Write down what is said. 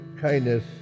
kindness